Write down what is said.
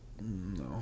No